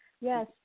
yes